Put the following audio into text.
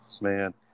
man